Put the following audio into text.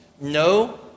No